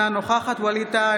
אינה נוכחת ווליד טאהא,